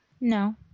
No